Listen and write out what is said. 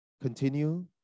Continue